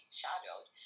shadowed